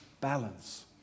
balance